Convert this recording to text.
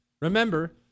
Remember